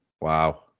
Wow